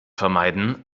vermeiden